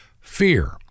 fear